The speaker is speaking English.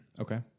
Okay